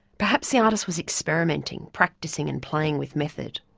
perhaps the artist was experimenting, practising and playing with method.